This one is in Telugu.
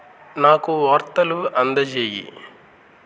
నాకు వార్తలు అందజెయ్యి